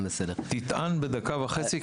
תטען בדקה וחצי,